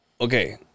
Okay